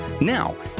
Now